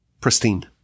pristine